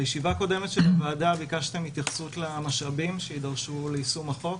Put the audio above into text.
בישיבה קודמת של הוועדה ביקשתם התייחסות למשאבים שיידרשו ליישום החוק.